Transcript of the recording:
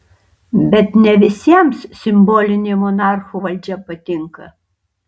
bet ne visiems simbolinė monarchų valdžia patinka